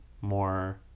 more